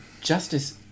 Justice